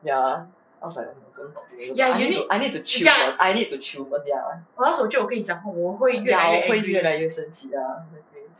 ya I was like oh my god don't talk to me I need to I need to chill first I need to chill first ya ya 我会越来越生气 ya